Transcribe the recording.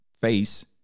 face